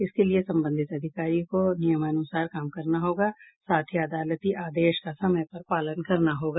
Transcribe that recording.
इसके लिए संबंधित अधिकारी को नियमानुसार काम करना होगा साथ ही अदालती आदेश का समय पर पालन करना होगा